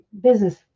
business